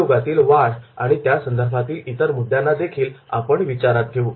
उद्योगातील वाढ आणि त्या संदर्भातील इतर मुद्द्यांना देखील आपण विचारात घेऊ